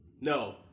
no